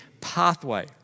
pathway